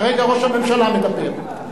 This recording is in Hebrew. כרגע ראש הממשלה מדבר.